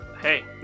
Hey